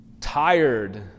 tired